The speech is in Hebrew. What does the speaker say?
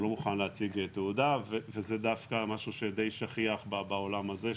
הוא לא מוכן להציג תעודה וזה דווקא משהו שדי שכיח בעולם הזה,